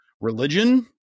religion